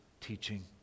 teaching